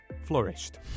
flourished